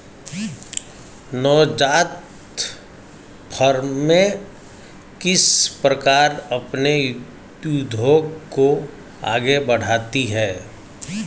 नवजात फ़र्में किस प्रकार अपने उद्योग को आगे बढ़ाती हैं?